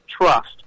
Trust